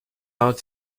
out